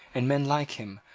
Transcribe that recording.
and men like him,